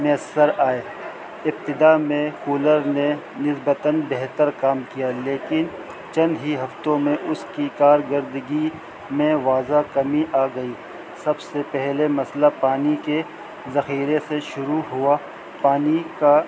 میسر آئے ابتدا میں کولر نے نسبتً بہتر کام کیا لیکن چند ہی ہفتوں میں اس کی کارگرردگی میں واضح کمی آ گئی سب سے پہلے مسئلہ پانی کے ذخیرے سے شروع ہوا پانی کا